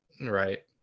Right